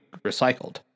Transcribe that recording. recycled